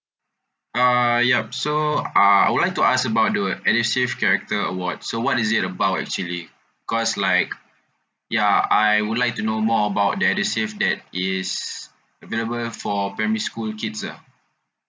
uh ya so uh I would like to ask about the edusave character award so what is it about actually because like ya I would like to know more about the edusave that is available for primary school kids ah